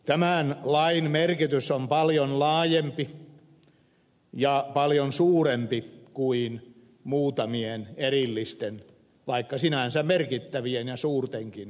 tämän lain merkitys on paljon laajempi ja paljon suurempi kuin muutamien erillisten vaikka sinänsä merkittävien ja suurtenkin vesivoimahankkeiden